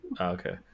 okay